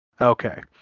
Okay